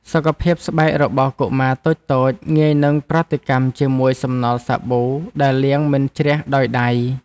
សុខភាពស្បែករបស់កុមារតូចៗងាយនឹងប្រតិកម្មជាមួយសំណល់សាប៊ូដែលលាងមិនជ្រះដោយដៃ។